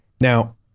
Now